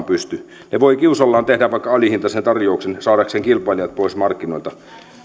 pysty ne voivat kiusallaan tehdä vaikka alihintaisen tarjouksen saadakseen kilpailijat pois markkinoilta